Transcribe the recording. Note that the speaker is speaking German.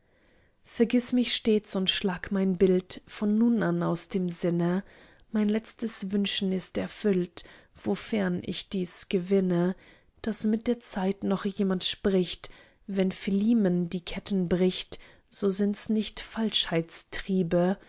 vergiß mich stets und schlag mein bild von nun an aus dem sinne mein letztes wünschen ist erfüllt wofern ich dies gewinne daß mit der zeit noch jemand spricht wenn philimen die ketten bricht so sind's nicht